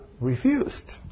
refused